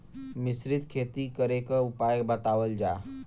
मिश्रित खेती करे क उपाय बतावल जा?